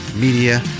Media